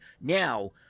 now